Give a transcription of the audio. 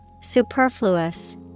Superfluous